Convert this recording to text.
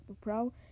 Pro